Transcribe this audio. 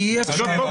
אי אפשר,